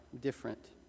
different